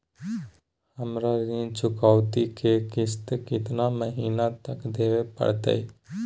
हमरा ऋण चुकौती के किस्त कितना महीना तक देवे पड़तई?